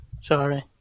Sorry